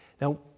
Now